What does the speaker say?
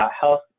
health